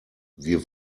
wir